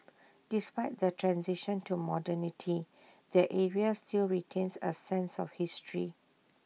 despite the transition to modernity the area still retains A sense of history